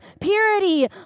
purity